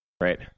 Right